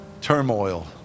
turmoil